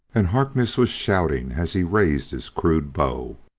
and harkness was shouting as he raised his crude bow.